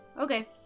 Okay